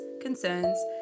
concerns